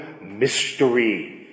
mystery